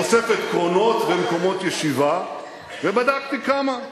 תוספת קרונות ומקומות ישיבה, ובדקתי כמה.